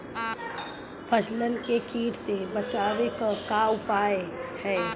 फसलन के कीट से बचावे क का उपाय है?